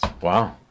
Wow